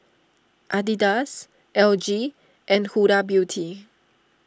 Adidas L G and Huda Beauty